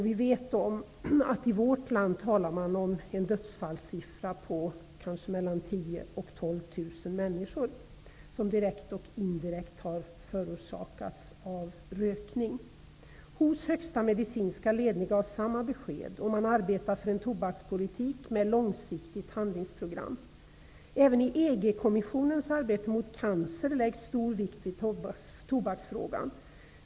Vi vet att man i vårt land talar om ett dödstal om kanske 10 000--12 000 människor vars död direkt eller indirekt har förorsakats av rökning. WHO:s högsta medicinska ledning gav samma besked, och man arbetar för en tobakspolitik med långsiktigt handlingsprogram. Även i EG-kommissionens arbete mot cancer läggs stor vikt vid tobaksfrågan.